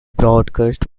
broadcast